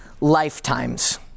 lifetimes